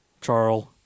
Charles